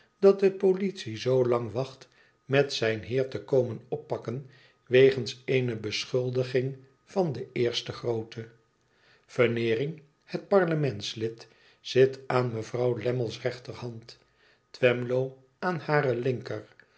dat de politie zoo lang wacht met zijn heer te komen oppakken wegens eene beschuldiging van de eerste grootte veneering het parlementslid zit aan mevrouw lamrole's rechterhand twemlow aan hare linker